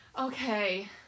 Okay